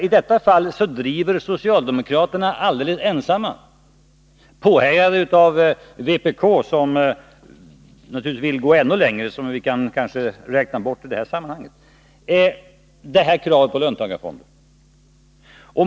I detta fall driver socialdemokraterna alldeles ensamma kravet på löntagarfonder — påhejade av vpk, som naturligtvis vill gå ännu längre och som vi kanske kan räkna bort i det här sammanhanget.